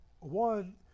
one